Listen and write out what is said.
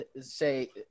say